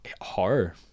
horror